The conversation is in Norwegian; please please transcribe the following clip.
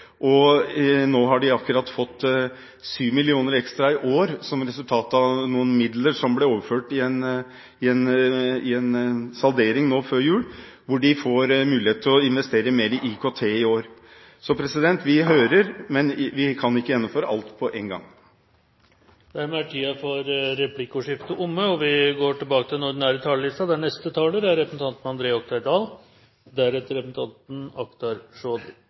Nå har de akkurat fått 7 mill. kr ekstra i år, som resultat av midler som ble overført i en saldering nå før jul, hvor de får mulighet til å investere mer i IKT i år. Vi hører, men vi kan ikke gjennomføre alt på en gang. Dermed er replikkordskiftet omme. Da vi diskuterte justisbudsjettet i fjor, hadde det